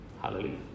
Hallelujah